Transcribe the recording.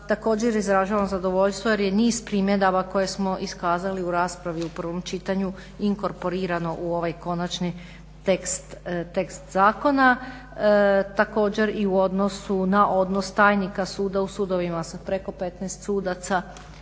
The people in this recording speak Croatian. također izražavam zadovoljstvo jer je niz primjedaba koje smo iskazali u raspravi u prvom čitanju inkorporirano u ovaj konačni tekst zakona također i u odnosu na odnos tajnika suda u sudovima sa preko 15 sudaca